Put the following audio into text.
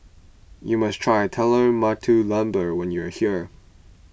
you must try Telur Mata Lembu when you are here